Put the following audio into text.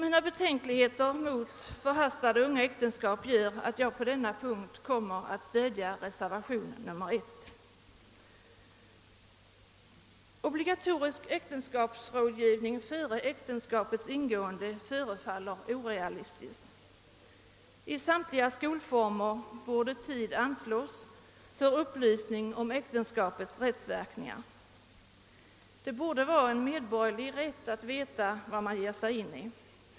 Mina betänkligheter mot förhastade unga äktenskap gör att jag på denna punkt kommer att stödja reservationen 1. Obligatorisk äktenskapsrådgivning före äktenskapets ingående förefaller orealistisk. I samtliga skolformer borde tid anslås för upplysning om äktenskapets rättsverkningar — det borde vara en medborgerlig rättighet att få veta vad man ger sig in i.